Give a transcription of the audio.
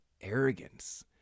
arrogance